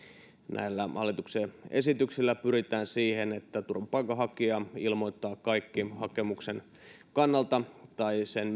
näillä hallituksen esityksillä pyritään siihen että turvapaikanhakija ilmoittaa kaikki hakemuksen kannalta merkitykselliset tai sen